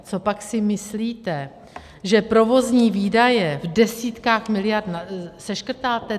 Copak si myslíte, že provozní výdaje v desítkách miliardách seškrtáte?